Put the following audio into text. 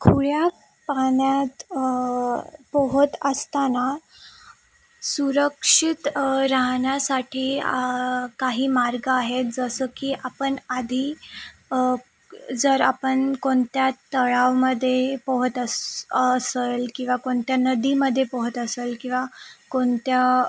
खुल्या पाण्यात पोहत असताना सुरक्षित राहण्यासाठी काही मार्ग आहेत जसं की आपण आधी जर आपण कोणत्या तलावामध्ये पोहत अस् असेल किंवा कोणत्या नदीमध्ये पोहत असेल किंवा कोणत्या